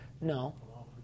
No